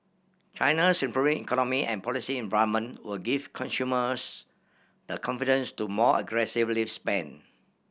China's improving economy and policy environment will give consumers the confidence to more aggressively spend